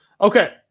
okay